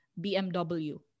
BMW